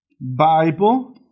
Bible